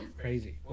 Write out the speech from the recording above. Crazy